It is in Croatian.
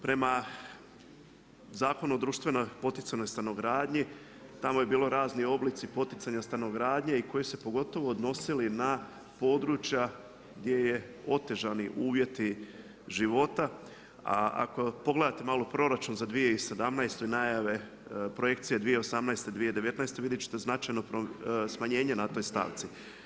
Prema Zakonu o društveno poticanoj stanogradnji tamo je bilo razni oblici poticanja stanogradnje i koji su se pogotovo odnosili na područja gdje je otežani uvjeti života, a ako pogledate malo proračun za 2017. i najave projekcije 2018., 2109. vidjet ćete značajno smanjenje na toj stavci.